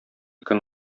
көн